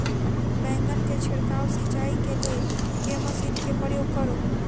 बैंगन केँ छिड़काव सिचाई केँ लेल केँ मशीन केँ प्रयोग करू?